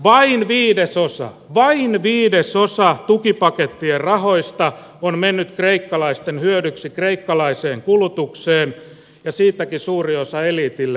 vain viidesosa vain viidesosa tukipakettien rahoista on mennyt kreikkalaisten hyödyksi kreikka laiseen kulutukseen ja siitäkin suuri osa eliitille